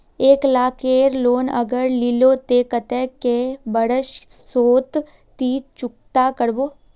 एक लाख केर लोन अगर लिलो ते कतेक कै बरश सोत ती चुकता करबो?